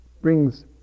brings